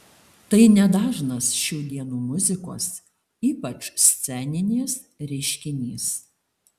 tai nedažnas šių dienų muzikos ypač sceninės reiškinys